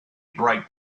bright